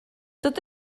tot